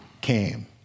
came